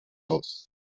aus